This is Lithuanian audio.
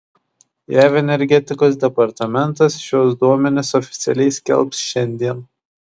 jav energetikos departamentas šiuos duomenis oficialiai skelbs šiandien